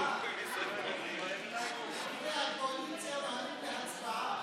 חברי הקואליציה נוהרים להצבעה.